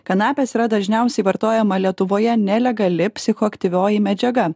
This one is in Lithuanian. kanapės yra dažniausiai vartojama lietuvoje nelegali psichoaktyvioji medžiaga